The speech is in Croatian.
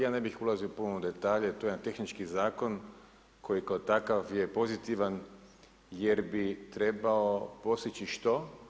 Ja ne bih ulazio puno u detalje, to je jedan tehnički zakon, koji je kao takav je pozitivan, jer bi trebao postići što?